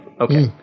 Okay